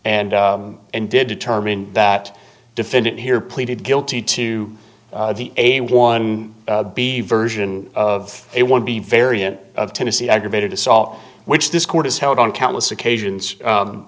and and did determine that defendant here pleaded guilty to the a one b version of it would be variant of tennessee aggravated assault which this court has held on countless occasions